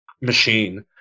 machine